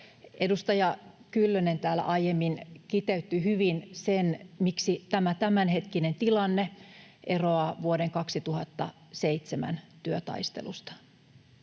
Edustaja Kyllönen täällä aiemmin kiteytti hyvin sen, miksi tämä tämänhetkinen tilanne eroaa vuoden 2007 työtaistelusta.